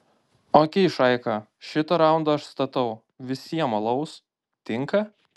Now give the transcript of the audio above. okei šaika šitą raundą aš statau visiem alaus tinka